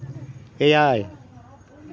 ᱮᱭᱟᱭ